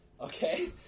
okay